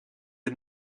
est